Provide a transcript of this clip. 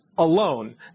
Alone